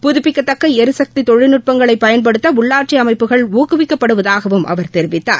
புதுப்பிக்கத்தக்க எரிசக்தி தொழில்நுட்பங்களை பயன்படுத்த உள்ளாட்சி அமைப்புகள் ஊக்குவிக்கப்படுவதாகவும் அவர் தெரிவித்தார்